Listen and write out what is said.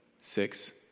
six